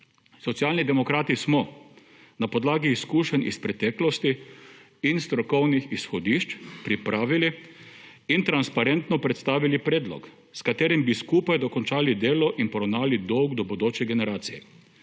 Socialni demokrati smo na podlagi izkušenj iz preteklosti in strokovnih izhodišč pripravili in transparentno predstavili predlog s katerim bi skupaj dokončali delo in poravnali dolg do bodoče generacije.